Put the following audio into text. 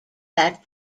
that